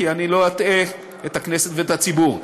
כי אני לא אטעה את הכנסת ואת הציבור.